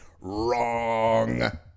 Wrong